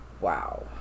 Wow